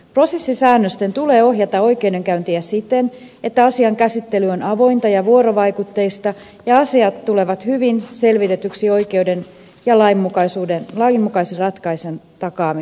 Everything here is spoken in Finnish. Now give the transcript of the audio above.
prosessisäännösten tulee ohjata oikeudenkäyntiä siten että asian käsittely on avointa ja vuorovaikutteista ja asiat tulevat hyvin selvitetyiksi oikeuden ja lainmukaisen ratkaisun takaamiseksi